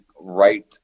right